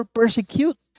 persecute